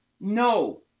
No